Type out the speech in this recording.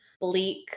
bleak